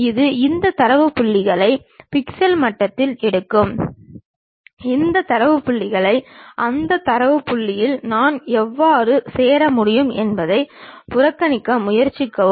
இது இந்த தரவு புள்ளிகளை பிக்சல் மட்டத்தில் எடுக்கும் இந்த தரவு புள்ளியை அந்த தரவு புள்ளியில் நான் எவ்வாறு சேர முடியும் என்பதை இடைக்கணிக்க முயற்சிக்கவும்